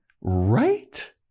Right